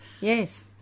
Yes